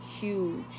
huge